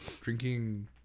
drinking